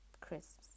crisps